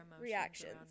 reactions